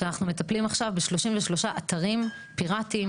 שאנחנו מטפלים עכשיו ב-33 אתרים פירטיים,